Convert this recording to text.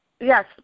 Yes